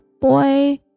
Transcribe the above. boy